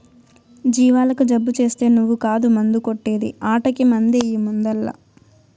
జీవాలకు జబ్బు చేస్తే నువ్వు కాదు మందు కొట్టే ది ఆటకి మందెయ్యి ముందల్ల